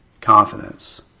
confidence